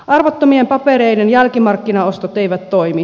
arvottomien papereiden jälkimarkkinaostot eivät toimi